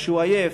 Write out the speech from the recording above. כשהוא עייף,